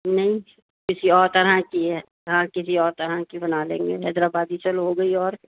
نہیں کسی اور طرح کی ہے ہاں کسی اور طرح کی بنا لیں گے حیدرآبادی چلو ہو گئی اور